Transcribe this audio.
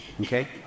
Okay